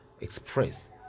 express